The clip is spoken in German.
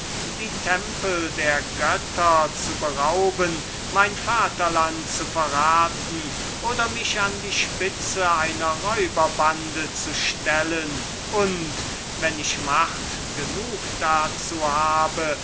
die tempel der götter zu berauben mein vaterland zu verraten oder mich an die spitze einer räuberbande zu stellen und wenn ich anders macht genug habe